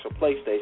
PlayStation